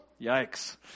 yikes